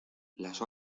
las